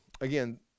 again